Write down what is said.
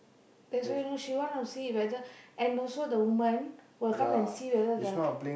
there's why no she want to see whether and also the woman will come and see whether the